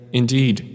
indeed